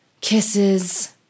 Kisses